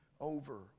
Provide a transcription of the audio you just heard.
over